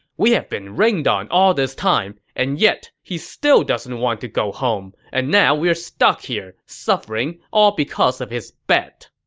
we've been rained on all this time, and yet he still doesn't want to go home. and now we're stuck here, suffering because of his bet.